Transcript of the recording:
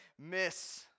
miss